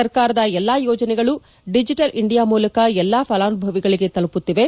ಸರ್ಕಾರದ ಎಲ್ಲಾ ಯೋಜನೆಗಳು ಡಿಜಿಟಲ್ ಇಂಡಿಯಾ ಮೂಲಕ ಎಲ್ಲಾ ಫಲಾನುಭವಿಗಳಿಗೆ ತಲುಪುತ್ತಿವೆ